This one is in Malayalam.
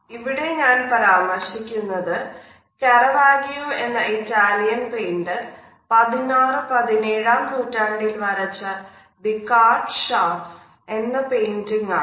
ഇവിടെ ഞാൻ പരാമർശിക്കുന്നത് കരവാഗിയോ എന്ന ഇറ്റാലിയൻ പെയിൻറ്ർ 16 17നൂറ്റാണ്ടിൽ വരച്ച "ദി കാർഡ്ഷാർപ്സ്" എന്ന പെയിൻറിംഗ് ആണ്